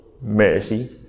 mercy